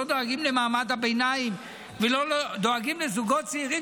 לא דואגים למעמד הביניים ולא דואגים לזוגות צעירים